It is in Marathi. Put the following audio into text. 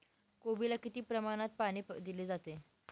कोबीला किती प्रमाणात पाणी दिले पाहिजे?